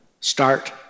start